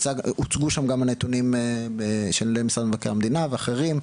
הוצגו שם גם הנתונים של משרד מבקר המדינה ואחרים,